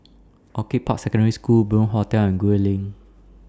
Orchid Park Secondary School Bunc Hostel and Gul Lane